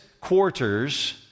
quarters